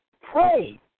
pray